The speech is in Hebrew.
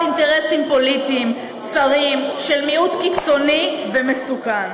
אינטרסים פוליטיים צרים של מיעוט קיצוני ומסוכן.